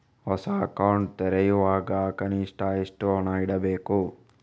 ಹೊಸ ಅಕೌಂಟ್ ತೆರೆಯುವಾಗ ಕನಿಷ್ಠ ಎಷ್ಟು ಹಣ ಇಡಬೇಕು?